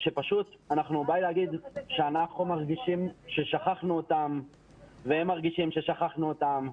פשוט אנחנו מרגישים ששכחנו אותם והם מרגישים ששכחנו אותם.